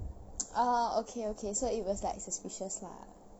orh okay okay so it was like suspicious lah